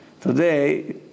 Today